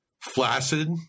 flaccid